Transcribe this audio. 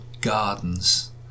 gardens